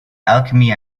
alchemy